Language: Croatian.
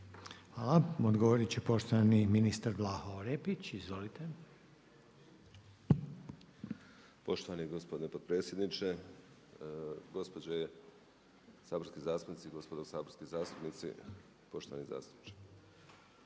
Hvala. Odgovoriti će poštovani ministar Vlaho Orepić. Izvolite. **Orepić, Vlaho (MOST)** Poštovani gospodine potpredsjedniče, gospođe saborske zastupnice i gospodo saborski zastupnici, poštovani zastupniče.